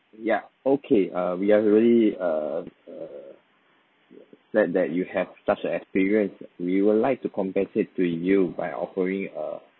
ya okay err we are really err err err sad that you have such a experience we will like to compensate to you by offering a